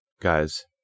Guys